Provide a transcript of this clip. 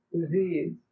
Disease